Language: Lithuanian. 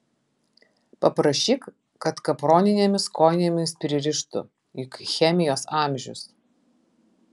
paprašyk kad kaproninėmis kojinėmis pririštų juk chemijos amžius